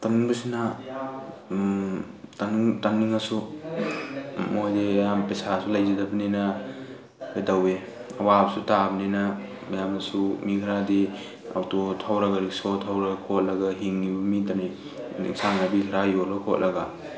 ꯇꯝꯅꯤꯡꯕꯁꯤꯅ ꯇꯝꯅꯤꯡꯉꯁꯨ ꯃꯣꯏꯗꯤ ꯌꯥꯝ ꯄꯩꯁꯥꯁꯨ ꯂꯩꯖꯗꯕꯅꯤꯅ ꯀꯩꯗꯧꯋꯤ ꯑꯋꯥꯕꯁꯨ ꯇꯥꯕꯅꯤꯅ ꯃꯌꯥꯝꯅꯁꯨ ꯃꯤ ꯈꯔꯗꯤ ꯑꯣꯛꯇꯣ ꯊꯧꯔꯒ ꯔꯤꯛꯁꯣ ꯊꯧꯔꯒ ꯈꯣꯠꯂꯒ ꯍꯤꯡꯉꯤꯕ ꯃꯤꯇꯅꯤ ꯏꯟꯁꯥꯡ ꯅꯥꯄꯤ ꯈꯔ ꯌꯣꯜꯂ ꯈꯣꯠꯂꯒ